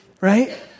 right